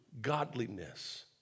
godliness